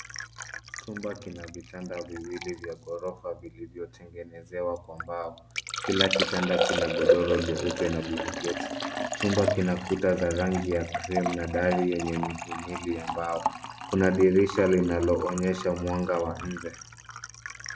Chumba kina vitanda viwili vya ghorofa vilivyotengenezewa kwa mbao. Kila kitanda kina godoro jeupe na blanketi. Chumba kina kuta za rangi ya cream na dari yenye miili ya mbao. Kuna dirisha linaloonyesha mwanga wa nje.